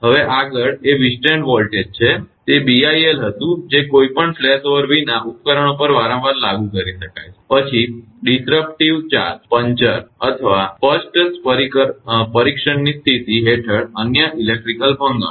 હવે આગળ એ વીથસ્ટેન્ડ વોલ્ટેજ છે તે BILબીઆઈએલ હતું જે કોઈ પણ ફ્લેશઓવર વિના ઉપકરણો પર વારંવાર લાગુ કરી શકાય છે પછી વિક્ષેપિત ચાર્જડિસરપ્ટિવ ચાર્જ પંચર અથવા સ્પષ્ટ પરીક્ષણની સ્થિતિ હેઠળ અન્ય ઇલેકટ્રીકલ ભંગાણ